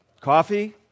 Coffee